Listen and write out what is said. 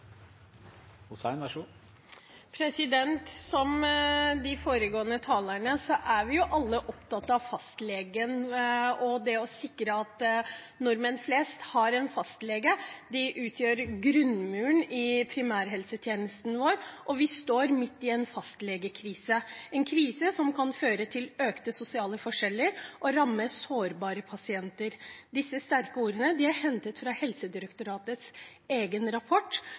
fastlegen og det å sikre at nordmenn flest har en fastlege. De utgjør grunnmuren i primærhelsetjenesten vår. Vi står midt i en fastlegekrise, en krise som kan føre til økte sosiale forskjeller og ramme sårbare pasienter. Disse sterke ordene er hentet fra Helsedirektoratets egen rapport,